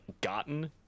gotten